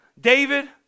David